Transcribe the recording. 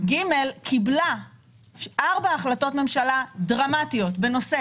קיבלה ארבע החלטות ממשלה דרמטיות בנושא